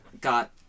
got